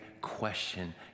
question